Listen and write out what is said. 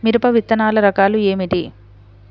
మిరప విత్తనాల రకాలు ఏమిటి?